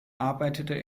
arbeitete